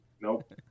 Nope